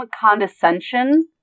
condescension